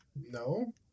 No